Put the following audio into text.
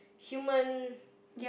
human